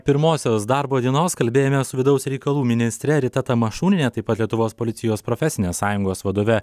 pirmosios darbo dienos kalbėjome su vidaus reikalų ministre rita tamašuniene taip pat lietuvos policijos profesinės sąjungos vadove